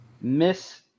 Miss